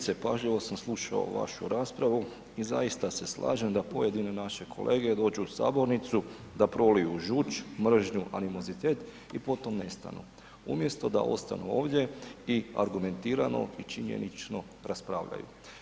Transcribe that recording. Kolegice, pažljivo sam slušao vašu raspravu i zaista se slažem da pojedini naši kolege dođu u sabornicu da proliju žuč, mržnju, animozitet i potom nestanu umjesto da ostanu ovdje i argumentirano i činjenično raspravljaju.